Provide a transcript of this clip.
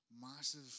massive